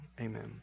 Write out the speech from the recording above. Amen